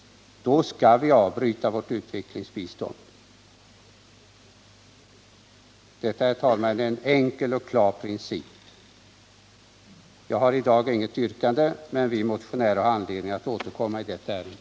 Då skall vi avbryta vårt ulandsbistånd. Detta är, herr talman, en enkel och klar princip. Jag har i dag inget yrkande, men vi motionärer har anledning att återkomma i detta ärende.